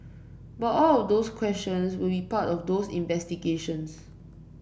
but all of those questions will be part of those investigations